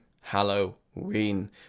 Halloween